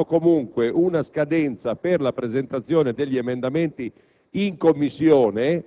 già nell'Ufficio di Presidenza di domani definiremo comunque una scadenza per la presentazione degli emendamenti in Commissione